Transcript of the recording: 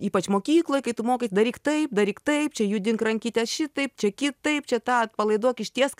ypač mokykloj kai tu mokais daryk taip daryk taip čia judink rankytes šitaip čia kitaip čia tą atpalaiduok ištiesk